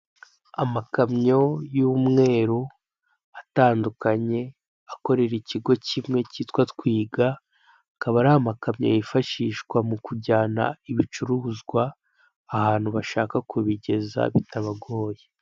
Amakamyo y'umweru atandukanye akorera ikigo kimwe kitwa Twiga, akaba aramakamyo yifashishwa mu kujyana ibicuruzwa ahantu bashaka kubigeza bitabagoye.